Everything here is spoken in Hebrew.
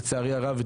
לצערי הרב,